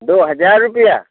दो हज़ार रूपये